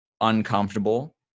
uncomfortable